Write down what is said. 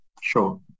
sure